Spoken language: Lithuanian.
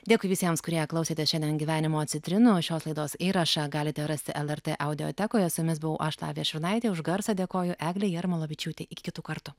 dėkui visiems kurie klausėte šiandien gyvenimo citrinų šios laidos įrašą galite rasti lrt audiotekoje su jumis buvau aš lavija šurnaitė už garsą dėkoju eglei jarmolavičiūtei iki kitų kartų